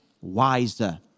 wiser